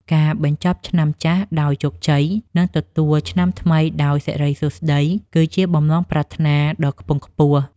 ការបញ្ចប់ឆ្នាំចាស់ដោយជោគជ័យ និងទទួលឆ្នាំថ្មីដោយសិរីសួស្តី គឺជាបំណងប្រាថ្នាដ៏ខ្ពង់ខ្ពស់។